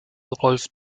rolf